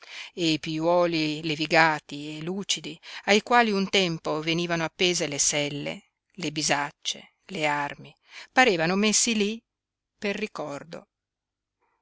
i piuoli levigati e lucidi ai quali un tempo venivano appese le selle le bisacce le armi parevano messi lí per ricordo